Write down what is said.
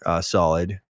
Solid